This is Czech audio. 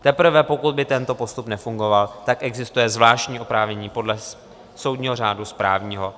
Teprve pokud by tento postup nefungoval, tak existuje zvláštní oprávnění podle soudního řádu správního.